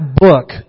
book